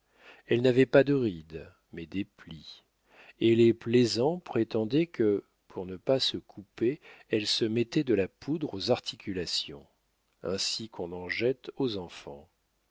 elle n'avait pas de rides mais des plis et les plaisants prétendaient que pour ne pas se couper elle se mettait de la poudre aux articulations ainsi qu'on en jette aux enfants